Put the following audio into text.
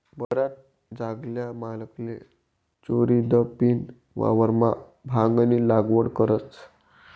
बराच जागल्या मालकले चोरीदपीन वावरमा भांगनी लागवड करतस